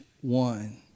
one